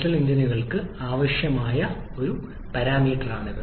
diesel എഞ്ചിനുകൾക്ക് ആവശ്യമായ ഒരു പുതിയ പാരാമീറ്ററാണിത്